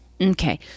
Okay